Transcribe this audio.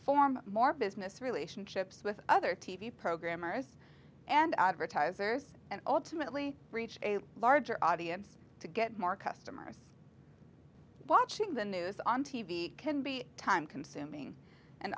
form more business relationships with other t v programmers and advertisers and ultimately reach a larger audience to get more customers watching the news on t v can be time consuming and